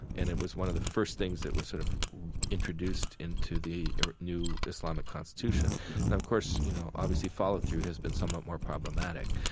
and it was one of the first things that was sort of introduced into the new islamic constitution. of course, you know obviously follow-through has been somewhat more problematic.